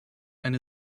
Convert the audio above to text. and